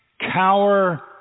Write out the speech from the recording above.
cower